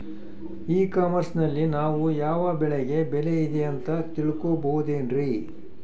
E commerce ನಲ್ಲಿ ನಾವು ಯಾವ ಬೆಳೆಗೆ ಬೆಲೆ ಇದೆ ಅಂತ ತಿಳ್ಕೋ ಬಹುದೇನ್ರಿ?